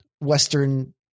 Western